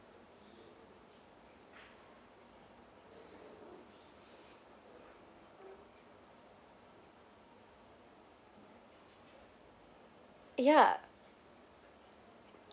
yeah